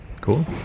Cool